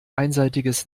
einseitiges